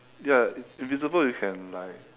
ya invisible you can like